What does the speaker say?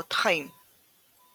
קורות חיים רטיף,